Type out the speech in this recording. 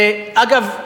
אגב,